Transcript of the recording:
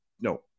no